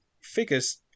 figures